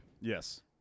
Yes